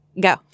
go